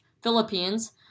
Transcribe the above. Philippines